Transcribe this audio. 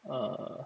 err